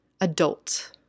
adult